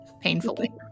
painfully